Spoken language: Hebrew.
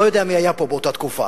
אני לא יודע מי היה פה באותה תקופה,